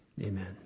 Amen